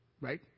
Right